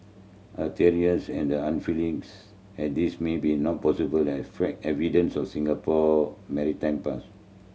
as tenuous and as this may be not possibly evidence of Singapore maritime past